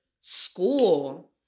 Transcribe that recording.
school